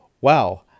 wow